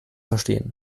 verstehen